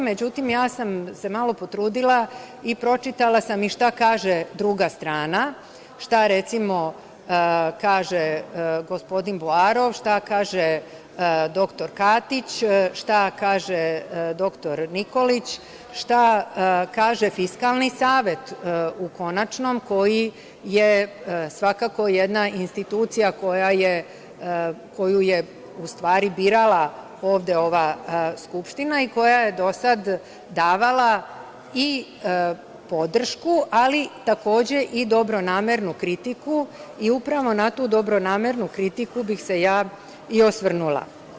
Međutim, ja sam se malo potrudila i pročitala sam i šta kaže druga strana, šta, recimo, kaže gospodin Boarov, šta kaže dr Katić, šta kaže dr Nikolić, šta kaže Fiskalni savet, u konačnom, koji je svakako jedna institucija koju je, u stvari, birala ovde ova Skupština i koja je do sada davala i podršku, ali takođe, i dobronamernu kritiku i upravo na tu dobronamernu kritiku bih se ja i osvrnula.